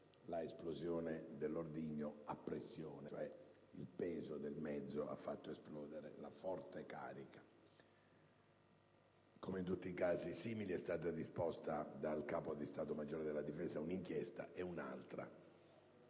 l'esplosione dell'ordigno a pressione, nel senso cioè che il peso del mezzo avrebbe fatto esplodere la forte carica). Come in tutti i casi simili, è stata disposta dal Capo di Stato maggiore della difesa un'inchiesta, e un'altra